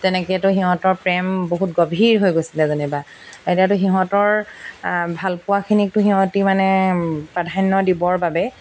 তেনেকেতো সিহঁতৰ প্ৰেম বহুত গভীৰ হৈ গৈছিলে যেনিবা এতিয়াতো সিহঁতৰ ভাল পোৱাখিনিকতো সিহঁতি মানে প্ৰাধান্য দিবৰ বাবে